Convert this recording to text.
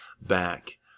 back